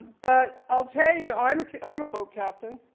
but i'll tell you. i'm i'm a boat captain.